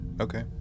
okay